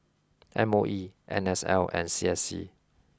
M O E N S L and C S C